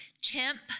Chimp